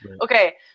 Okay